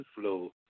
flow